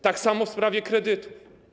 Tak samo w sprawie kredytów.